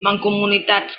mancomunitats